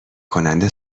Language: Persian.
کننده